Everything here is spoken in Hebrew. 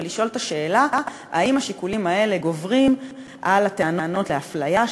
ולשאול את השאלה: האם השיקולים האלה גוברים על הטענות לאפליה,